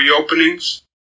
reopenings